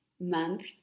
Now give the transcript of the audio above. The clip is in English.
month